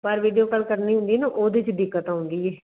ਘਰ video call ਕਰਨੀ ਹੁੰਦੀ ਹੈ ਨਾ ਉਹਦੇ 'ਚ ਦਿੱਕਤ ਆਉਂਦੀ ਹੈ